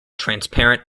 transparent